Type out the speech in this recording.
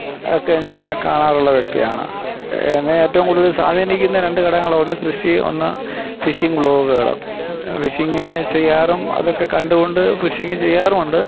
ഒക്കെ ഞാൻ കാണാറുള്ള വ്യക്തിയാണ് എന്നെ ഏറ്റവും കൂടുതൽ സ്വാധീനിക്കുന്ന രണ്ടു ഘടകങ്ങൾ ഒന്ന് കൃഷി ഒന്ന് ഫിഷിംഗ് വ്ളോഗുകൾ ഫിഷിംഗ് ചെയ്യാറും അതൊക്കെ കണ്ടുകൊണ്ട് ഫിഷിംഗ് ചെയ്യാറുമുണ്ട്